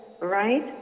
right